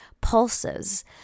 pulses